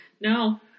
No